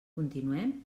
continuem